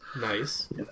Nice